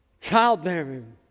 childbearing